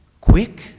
Quick